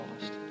lost